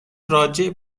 راجع